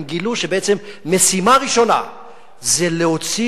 הם גילו שבעצם המשימה הראשונה זה להוציא